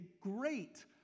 great